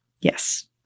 Yes